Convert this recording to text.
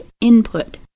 input